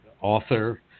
author